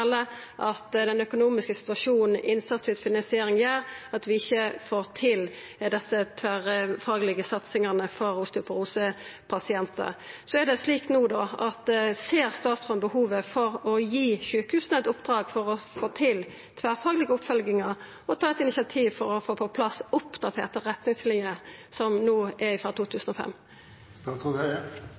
finansiering gjer at vi ikkje får til den tverrfaglege satsinga for osteoporosepasientar. Ser statsråden behovet for å gi sjukehusa eit oppdrag om å få til tverrfaglege oppfølgingar og ta initiativ for å få på plass oppdaterte retningsliner, som no er